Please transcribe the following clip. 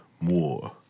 more